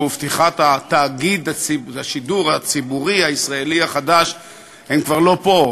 ופתיחת תאגיד השידור הציבורי הישראלי החדש כבר אינם פה.